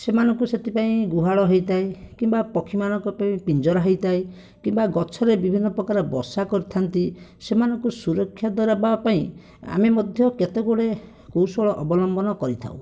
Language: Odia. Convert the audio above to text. ସେମାନଙ୍କୁ ସେଥିପାଇଁ ଗୁହାଳ ହୋଇଥାଏ କିମ୍ବା ପକ୍ଷୀମାନଙ୍କ ପାଇଁ ପିଞ୍ଜରା ହୋଇଥାଏ କିମ୍ବା ଗଛରେ ବିଭିନ୍ନ ପ୍ରକାର ବସା କରିଥାନ୍ତି ସେମାନଙ୍କୁ ସୁରକ୍ଷା ଦେବାପାଇଁ ଆମେ ମଧ୍ୟ କେତେଗୁଡ଼େ କୌଶଳ ଅବଲମ୍ବନ କରିଥାଉ